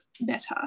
better